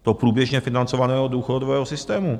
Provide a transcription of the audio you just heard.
Toho průběžně financovaného důchodového systému.